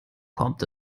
kommt